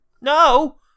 No